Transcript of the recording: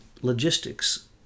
logistics